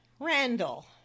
Randall